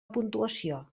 puntuació